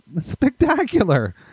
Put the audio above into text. spectacular